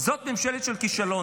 זאת ממשלה של כישלון.